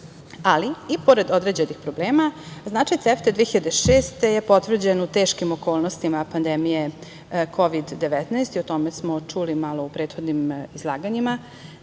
politika. Pored određenih problema, značaj CEFTA 2006 je potvrđen u teškim okolnostima pandemije Kovid-19 i o tome smo čuli malo u prethodnim izlaganjima. Naime,